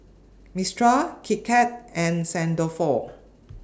Mistral Kit Kat and Saint Dalfour